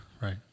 Right